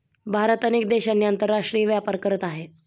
भारत अनेक देशांशी आंतरराष्ट्रीय व्यापार करत आहे